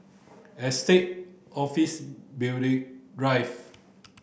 Estate Office Building Drive